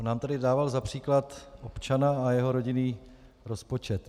On nám tady dával za příklad občana a jeho rodinný rozpočet.